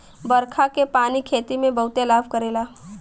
बरखा के पानी खेती में बहुते लाभ करेला